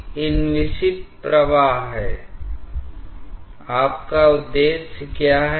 अब यहाँ इस नुकसान के कारण अब क्या होगा